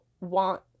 want